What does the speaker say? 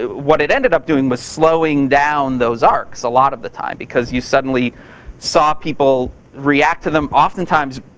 what it ended up doing was slowing down those arcs, a lot of the time because you suddenly saw people react to them. oftentimes,